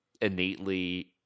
innately